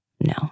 No